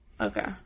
Okay